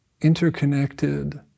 interconnected